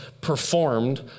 performed